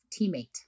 teammate